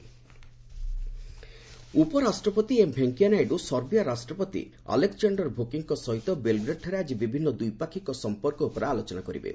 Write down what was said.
VP Serbia ଉପରାଷ୍ଟ୍ରପତି M Venkaiah Naidu Serbia ରାଷ୍ଟ୍ରପତି Alexander Vucic ସହିତ ବେଲଗ୍ରେଡଠାରେ ଆଜି ବିଭିନ୍ନ ଦ୍ୱିପାକ୍ଷିକ ସମ୍ପର୍କ ଉପରେ ଆଲୋଚନା କରିବେ